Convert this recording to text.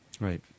Right